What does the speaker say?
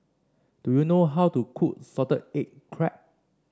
do you know how to cook Salted Egg Crab